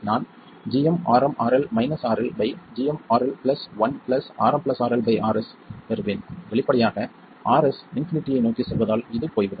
நான் gmRmRL RLgmRL1RmRL Rs பெறுவேன் வெளிப்படையாக Rs இன்பினிட்டியை நோக்கி செல்வதால் இது போய்விடும்